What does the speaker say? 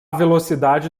velocidade